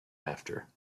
after